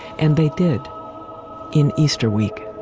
and they did in easter week